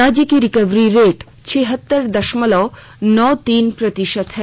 राज्य की recovery rate छिहत्तर दशमलव नौ तीन प्रतिशत है